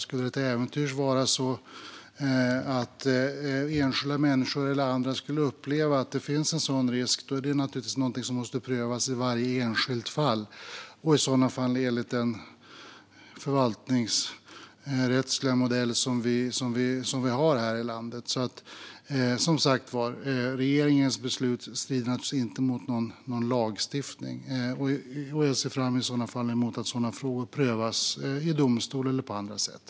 Skulle enskilda människor eller andra till äventyrs uppleva att det finns en sådan risk är detta naturligtvis något som måste prövas i varje enskilt fall och enligt den förvaltningsrättsliga modell vi har här i landet. Som sagt var, regeringens beslut strider naturligtvis inte mot någon lagstiftning. Jag ser fram emot att sådana frågor i förekommande fall prövas i domstol eller på annat sätt.